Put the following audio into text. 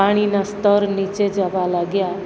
પાણીના સ્તર નીચે જવા લાગ્યા